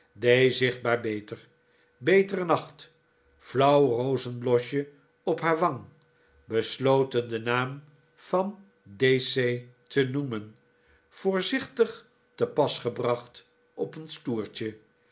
d zichtbaar beter betere nacht flauw rozenblosje op haar wang besloten den naam van d c te noemen voorzichtig te pas gebracht op ons toertje